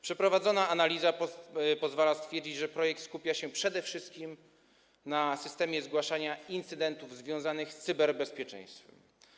Przeprowadzona analiza pozwala stwierdzić, że projekt skupia się przede wszystkim na systemie zgłaszania incydentów związanych z cyberbezpieczeństwem.